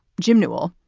jim newell,